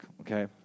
okay